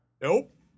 Nope